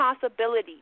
possibilities